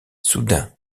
soudain